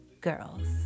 girls